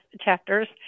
chapters